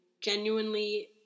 genuinely